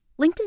LinkedIn